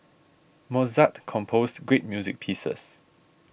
Mozart composed great music pieces